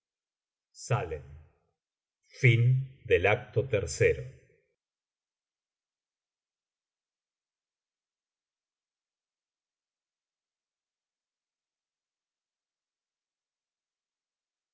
crimen saien fm del acto tercero